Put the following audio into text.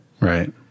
Right